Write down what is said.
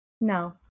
No